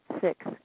Six